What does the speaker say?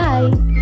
Bye